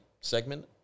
segment